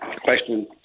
Question